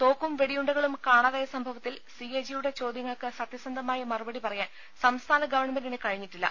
തോക്കും വെടിയു ണ്ടകളും കാണാതായ സംഭവത്തിൽ സി എ ജി യുടെ ചോദ്യ ങ്ങൾക്ക് സത്യസന്ധമായി മറുപടി പറയാൻ സംസ്ഥാന ഗവൺമെന്റിന് കഴിഞ്ഞിട്ടില്ല